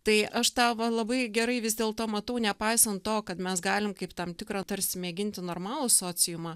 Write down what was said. tai aš tą va labai gerai vis dėlto matau nepaisant to kad mes galim kaip tam tikrą tarsi mėginti normalų sociumą